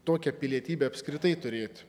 tokią pilietybę apskritai turėt